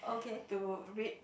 to read